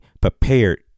prepared